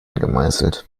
gemeißelt